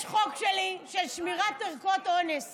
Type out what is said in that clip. יש חוק שלי לשמירת ערכות אונס